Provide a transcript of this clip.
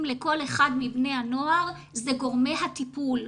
לכל אחד מבני הנוער זה גורמי הטיפול,